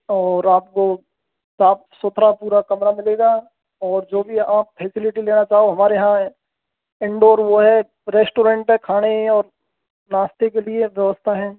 और आपको साफ सुथरा पूरा कमरा मिलेगा और जो भी आप फैसिलिटी लेना चाहो हमारे यहाँ है इंडोर वो है रेस्टोरेंट है खाने और नाश्ते के लिए व्यवस्था है